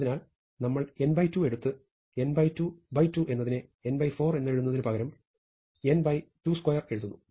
അതിനാൽ നമ്മൾ n2 എടുത്ത് n22 എന്നതിനെ n4 എന്നെഴുതുന്നതിനു പകരം n22 എഴുതുന്നു